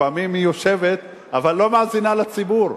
לפעמים היא יושבת אבל לא מאזינה לציבור,